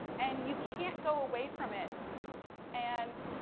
and, you can't go away from it and,